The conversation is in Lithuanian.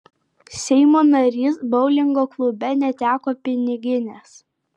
seimo narys boulingo klube neteko piniginės